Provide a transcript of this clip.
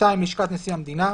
(2)לשכת נשיא המדינה,